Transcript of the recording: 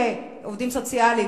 שעובדים סוציאליים,